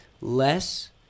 less